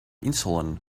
insulin